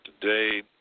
today